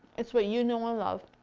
it's what you know and love